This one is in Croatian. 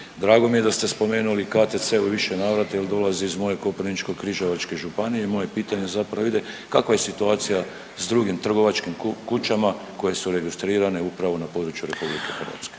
Drago mi je da ste spomenuli KTC u više navrata jer dolazi iz moje Koprivničko-križevačke županije i moje pitanje zapravo ide kakva je situacija sa drugim trgovačkim kućama koje su registrirane upravo na području Republike Hrvatske?